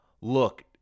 look